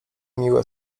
miłe